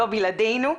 לא בלעדינו,